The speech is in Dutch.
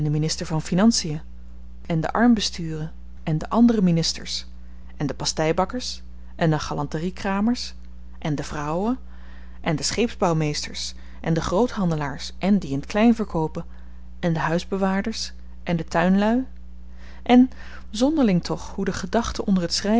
minister van finantien en de armbesturen en de andere ministers en de pasteibakkers en de galanteriekramers en de vrouwen en de scheepsbouwmeesters en de groothandelaars en die in t klein verkoopen en de huisbewaarders en de tuinluî en zonderling toch hoe de gedachten onder t